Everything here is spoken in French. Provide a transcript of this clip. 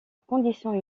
condition